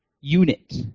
unit